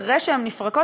אחרי שהן נפרקות,